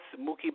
Mookie